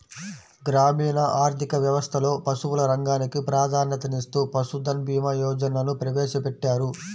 గ్రామీణ ఆర్థిక వ్యవస్థలో పశువుల రంగానికి ప్రాధాన్యతనిస్తూ పశుధన్ భీమా యోజనను ప్రవేశపెట్టారు